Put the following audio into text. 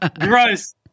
Gross